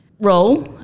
role